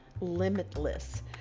limitless